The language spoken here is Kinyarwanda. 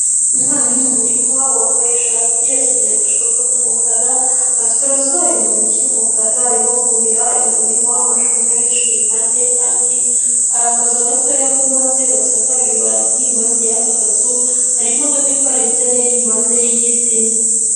Umwana uri mu murima wambaye ishati ,akenyeye agasharupe k'umukara, afite rozwari mu ntoki y'umukara, arimo kuhira ari mu murima w'amashu menshi, impande ye kandi hari akazu gatoya kubatse, gashakaje ibati impande y'aka kazu hari imodoka iparitse iri impande y'igiti.